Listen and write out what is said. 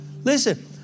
Listen